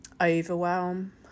Overwhelm